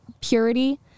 purity